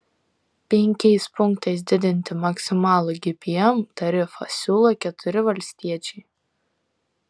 penkiais punktais didinti maksimalų gpm tarifą siūlo keturi valstiečiai